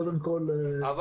קודם כל --- ברשותך,